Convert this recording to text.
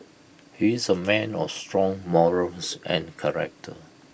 he's A man of strong morals and character